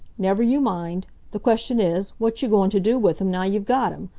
never you mind. the question is, what you goin' t' do with him, now you've got him?